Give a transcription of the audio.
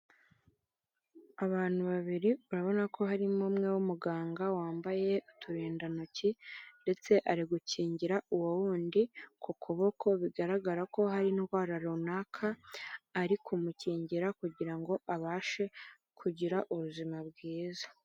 Abantu babiri urabona ko harimo umwe w'umuganga wambaye uturindantoki ndetse ari gukingira uwo wundi ku kuboko bigaragara ko hari indwara runaka ari kumukingira kugira ngo abashe kugira ubuzima bwiza.